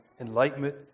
enlightenment